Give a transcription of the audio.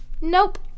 Nope